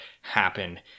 happen